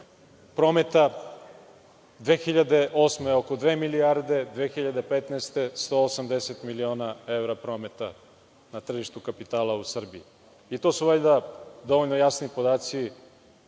prometa, 2008. godine oko dve milijarde, 2015. godine 180 miliona evra prometa na tržištu kapitala u Srbiji. To su valjda dovoljno jasni podaci